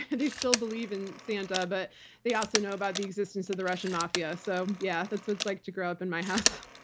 they still believe in santa, but they also know about the existence of the russian mafia. so, yeah, that's what it's like to grow up in my house.